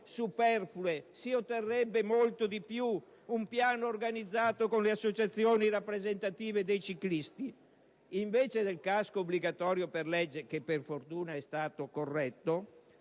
superflue, si otterrebbe molto di più. O con un piano organizzato con le associazioni rappresentative dei ciclisti: invece del casco obbligatorio per legge, che per fortuna è stato corretto,